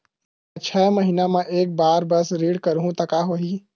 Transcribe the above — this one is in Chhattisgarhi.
मैं छै महीना म एक बार बस ऋण करहु त का होही?